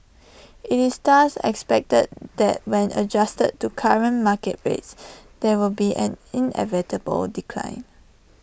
IT is thus expected that when adjusted to current market rates there would be an inevitable decline